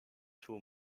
two